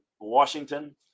Washington